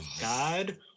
God